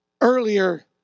Earlier